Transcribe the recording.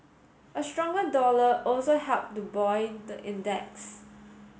a stronger dollar also helped to buoy the index